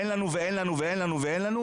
אין לנו ואין לנו ואין לנו,